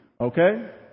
Okay